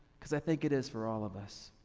cause i think it is for all of us.